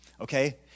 okay